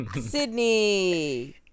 Sydney